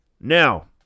Now